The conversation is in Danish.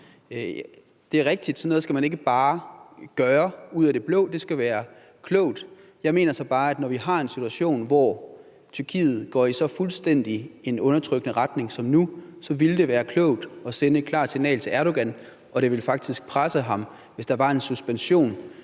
Det er rigtigt, at sådan noget skal man ikke bare gøre ud af det blå. Det skal være klogt. Jeg mener så bare, at når vi har en situation, hvor Tyrkiet går i så fuldstændig en undertrykkende retning som nu, ville det være klogt at sende et klart signal til Erdogan, og det ville faktisk presse ham, hvis der var en suspension